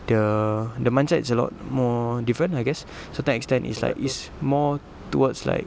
the the mindset is a lot more different I guess certain extend it's like it's more towards like